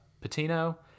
patino